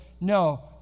No